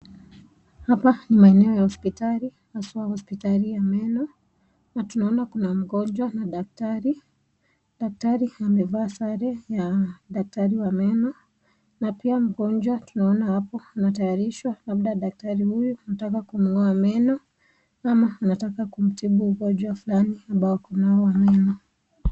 Hapa ni maeneo ya hospitali haswa hospitali ya meno. Na tunaona kuna mgonjwa na daktari. Daktari amevaa sare ya daktari wa meno. Na pia mgonjwa tunaona hapa anatayarishwa. Labda daktari huyu anataka kumng'oa meno ama anataka kumtibu ugonjwa fulani ambao kunao wa meno.